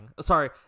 Sorry